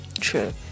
True